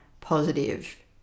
positive